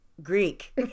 Greek